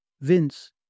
Vince